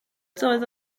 doedd